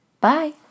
Bye